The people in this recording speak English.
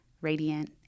radiant